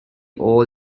all